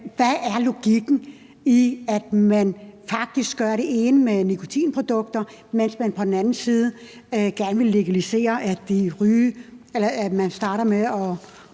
Hvad er logikken i, at man på den ene side har en bestemt holdning til nikotinprodukter, mens man på den anden side gerne vil legalisere, at man starter med at